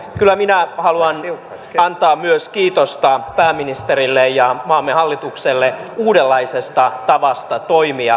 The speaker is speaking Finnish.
kyllä myös minä haluan antaa kiitosta pääministerille ja maamme hallitukselle uudenlaisesta tavasta toimia